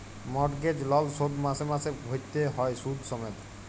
mortgage লল শোধ মাসে মাসে ভ্যইরতে হ্যয় সুদ সমেত